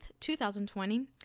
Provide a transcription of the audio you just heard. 2020